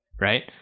Right